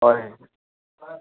হয়